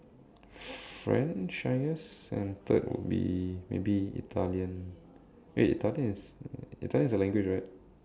French I guess and third would be maybe Italian eh Italian is Italian is a language right